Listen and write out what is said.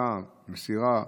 חכה מסירה,